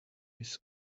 his